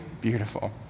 beautiful